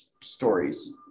stories